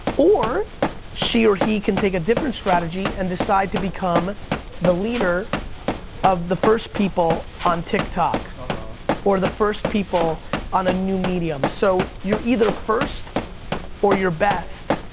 or she or he can take a different strategy and decide to become the leader of the first people on tik tok or the first people on a new medium. so you're either first or you're best,